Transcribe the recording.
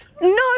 No